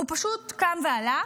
והוא פשוט קם הלך.